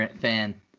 fan